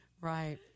Right